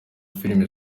filime